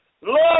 Lord